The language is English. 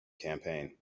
campaign